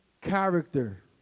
character